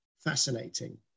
fascinating